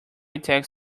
tech